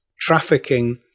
trafficking